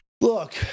Look